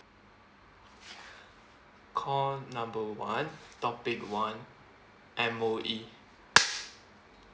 call number one topic one M_O_E